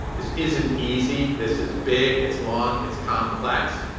this isn't easy. this is big. it's long. it's complex.